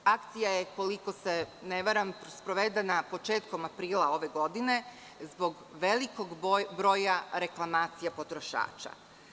Akcija je, ako se ne varam, sprovedena početkom aprila ove godine, zbog velikog broja reklamacija potrošača.